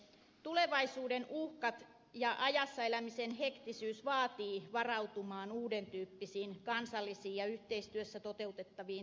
tulevaisuuden uhkat ja ajassa elämisen hektisyys vaativat varautumaan uuden tyyppisiin kansallisiin ja yhteistyössä toteutettaviin toimintatapoihin